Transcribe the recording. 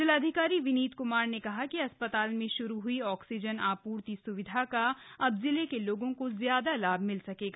जिलाधिकारी विनीत क्मार ने कहा कि अस्ताल में शुरू ह्ई ऑक्सीजन आप्र्ति सुविधा का अब जिले के लोगों को ज्यादा लाभ मिलेगा